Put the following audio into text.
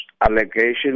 allegations